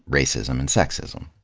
racism and sexism.